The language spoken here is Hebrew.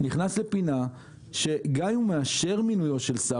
נכנס לפינה שגם אם הוא מאשר מינוי של שר